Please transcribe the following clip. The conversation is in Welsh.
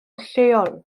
lleol